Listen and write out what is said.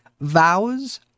Vows